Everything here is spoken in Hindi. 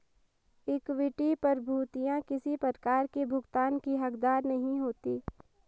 इक्विटी प्रभूतियाँ किसी प्रकार की भुगतान की हकदार नहीं होती